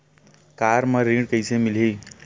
Car म ऋण कइसे मिलही?